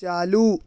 چالو